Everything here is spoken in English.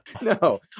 No